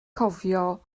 cofio